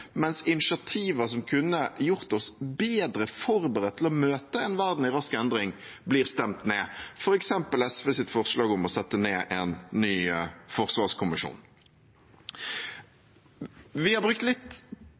mens initiativer som kunne gjort oss bedre forberedt til å møte en verden i rask endring, blir stemt ned – f.eks. SVs forslag om å sette ned en ny forsvarskommisjon. Vi har brukt litt